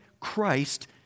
Christ